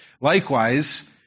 Likewise